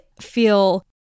feel